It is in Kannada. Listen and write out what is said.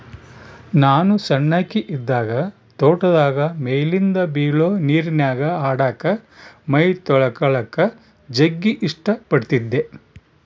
ನಾನು ಸಣ್ಣಕಿ ಇದ್ದಾಗ ತೋಟದಾಗ ಮೇಲಿಂದ ಬೀಳೊ ನೀರಿನ್ಯಾಗ ಆಡಕ, ಮೈತೊಳಕಳಕ ಜಗ್ಗಿ ಇಷ್ಟ ಪಡತ್ತಿದ್ದೆ